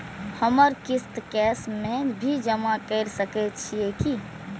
हमर किस्त कैश में भी जमा कैर सकै छीयै की?